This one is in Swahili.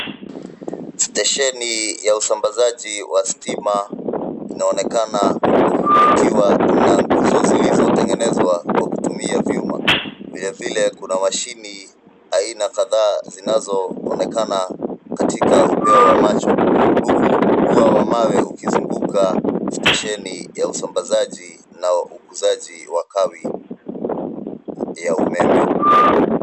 Stesheni ya usambazaji wa stima inaonekana, huku kukiwa na nguzo zilizotengenezwa kwa kutumia vyuma. Vilevile kuna mashini aina kadhaa zinazoonekana katika upeo wa macho, huku ua wa mawe ukizunguka stesheni ya usambazaji na ukuzaji wa kawi ya umeme.